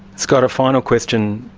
scott, a final question,